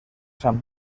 san